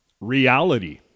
reality